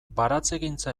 baratzegintza